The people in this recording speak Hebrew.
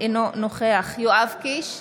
אינו נוכח יואב קיש,